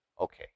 Okay